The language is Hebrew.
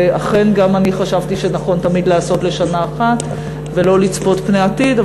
אכן גם אני חשבתי שנכון תמיד לעשות לשנה אחת ולא לצפות פני עתיד,